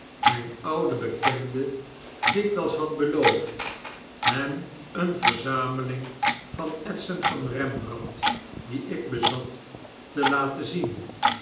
mijn ouden bekende dikwyls had beloofd hem eene verzameling van etsen van fiembrand die ik bezat te laten zien